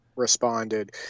responded